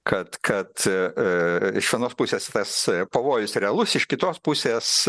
kad kad iš vienos pusės tas pavojus realus iš kitos pusės